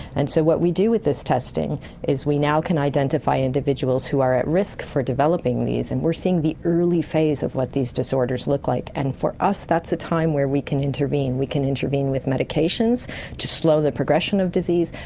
and so what we do with this testing is we now can identify individuals who are at risk for developing these, and we are seeing the early phase of what these disorders look like, and for us that's a time where we can intervene. we can intervene with medications to slow the progression of disease,